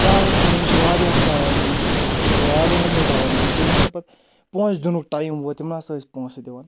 واریاہ ہسا آیہِ مےٚ نِش واریاہ نیوٗ دَوا مےٚ نِش ییٚلہِ ہَسا پَتہٕ پونٛسہٕ دِنُکھ ٹایم ووٚت تِمن تِم نہ ہَسا ٲسۍ پونٛسہٕ دِوان